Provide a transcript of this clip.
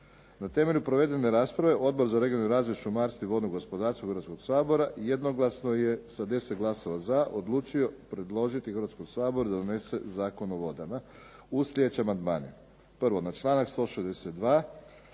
Na temelju provedene rasprave Odbora za regionalni razvoj, šumarstvo i vodno gospodarstvo Hrvatskog sabora jednoglasno je sa 10 glasova za odlučio predložiti Hrvatskom saboru da donese Zakon o vodama u sljedećim amandmane. 1. na članak 162.